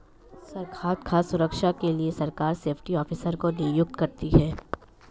सरकार खाद्य सुरक्षा के लिए सरकार सेफ्टी ऑफिसर को नियुक्त करती है